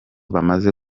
bamaze